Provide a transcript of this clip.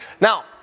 Now